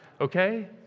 okay